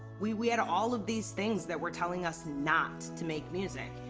we we had all of these things that were telling us not to make music,